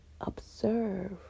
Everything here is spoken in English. observe